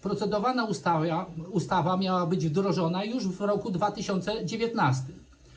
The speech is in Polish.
Procedowana ustawa miała być wdrożona już w roku 2019.